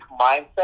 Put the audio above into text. mindset